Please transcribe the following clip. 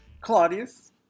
Claudius